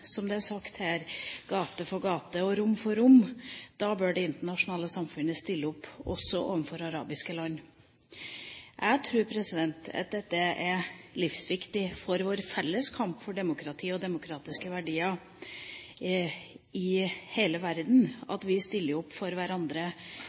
som det er sagt her, gate for gate og rom for rom, bør det internasjonale samfunnet stille opp også for arabiske land. Jeg tror at det er livsviktig for vår felles kamp for demokrati og demokratiske verdier i hele verden